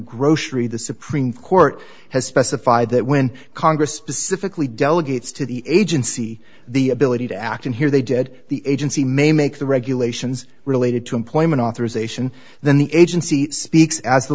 grocery the supreme court has specified that when congress specifically delegates to the agency the ability to act and here they did the agency may make the regulations related to employment authorization then the agency speaks as the